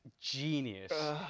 genius